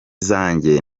zanjye